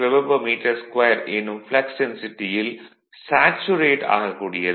8 Wbm2 எனும் flux டென்சிட்டியில் saturate ஆகக்கூடியது